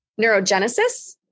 neurogenesis